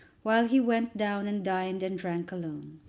while he went down and dined and drank alone.